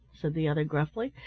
said the other gruffly,